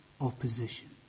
opposition